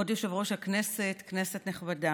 כבוד יושב-ראש הכנסת, כנסת נכבדה,